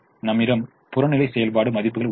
நம்மிடம் புறநிலை செயல்பாடு மதிப்புகள் உள்ளன